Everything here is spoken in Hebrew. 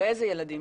באיזה ילדים?